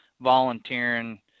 volunteering